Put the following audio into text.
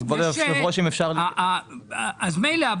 אז מילא,